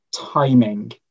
timing